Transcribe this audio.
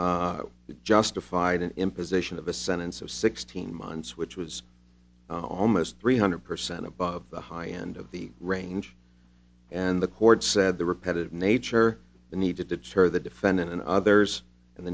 prosecuted justified an imposition of a sentence of sixteen months which was almost three hundred percent above the high end of the range and the court said the repetitive nature the need to deter the defendant and others and